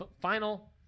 final